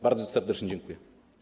Bardzo serdecznie dziękuję.